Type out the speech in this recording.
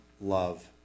love